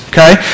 Okay